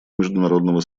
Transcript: международного